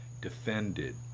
defended